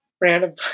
random